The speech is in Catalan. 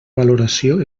valoració